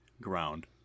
ground